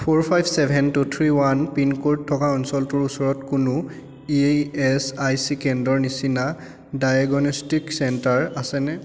four five seven two three one pin code থকা অঞ্চলটোৰ ওচৰত কোনো ই এচ আই চি কেন্দ্ৰৰ নিচিনা ডায়েগনেষ্টিক চেণ্টাৰ আছেনে